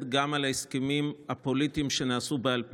גם על ההסכמים הפוליטיים שנעשו בעל פה.